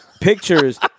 pictures